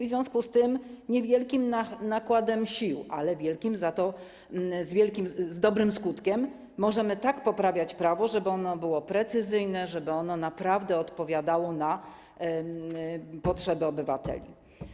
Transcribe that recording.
W związku z tym niewielkim nakładem sił, ale za to z dobrym skutkiem, możemy tak poprawiać prawo, żeby ono było precyzyjne, żeby ono naprawdę odpowiadało na potrzeby obywateli.